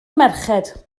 merched